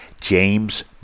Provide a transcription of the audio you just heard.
James